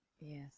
Yes